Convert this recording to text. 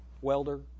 welder